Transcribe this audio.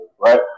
right